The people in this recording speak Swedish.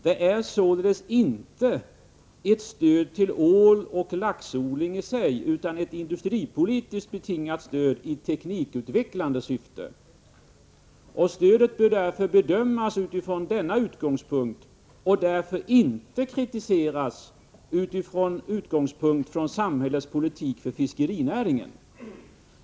Det är således inte fråga om ett stöd till åloch laxforellodling i sig utan ett industripolitiskt betingat stöd i teknikutvecklande syfte. Stödet bör därför bedömas utifrån dessa utgångspunkter. Det bör inte kritiseras med utgångspunkt i samhällets politik för fiskerinäringen.